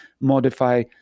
modify